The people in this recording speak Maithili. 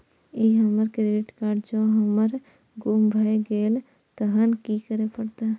ई हमर क्रेडिट कार्ड जौं हमर गुम भ गेल तहन की करे परतै?